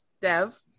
dev